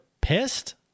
pissed